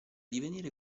divenire